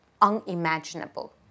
unimaginable